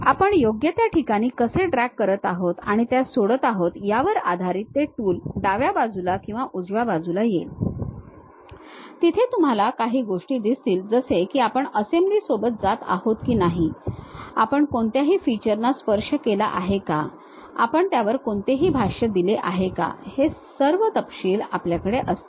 आपण योग्य त्या ठिकाणी कसे ड्रॅग करत आहोत आणि त्यास सोडत आहोत यावर आधारित ते टूल डाव्या बाजूला किंवा उजव्या बाजूला येईल जिथे तुम्हाला काही गोष्टी दिसतील जसे की आपण असेम्ब्ली सोबत जात आहोत की नाही आपण कोणत्याही features ना स्पर्श केला आहे का आपण त्यावर कोणतेही भाष्य दिले आहे का हे सर्व तपशील आपल्याकडे असतील